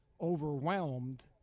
overwhelmed